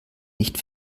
nicht